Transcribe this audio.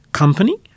company